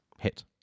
hit